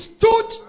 stood